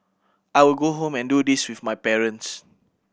I will go home and do this with my parents